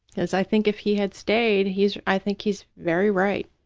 because i think if he had stayed he's, i think he's very right,